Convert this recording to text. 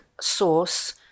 sauce